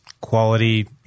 quality